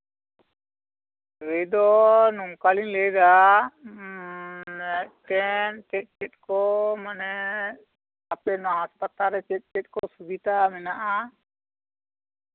ᱞᱟᱹᱭ ᱫᱚ ᱱᱚᱝᱠᱟᱞᱤᱧ ᱞᱟᱹᱭ ᱮᱫᱟ ᱢᱤᱫᱴᱮᱱ ᱪᱮᱫ ᱪᱮᱫ ᱠᱚ ᱢᱟᱱᱮ ᱟᱯᱮ ᱱᱚᱶᱟ ᱦᱟᱥᱯᱟᱛᱟᱞ ᱨᱮ ᱪᱮᱫ ᱪᱮᱫ ᱠᱚ ᱥᱩᱵᱤᱫᱷᱟ ᱢᱮᱱᱟᱜᱼᱟ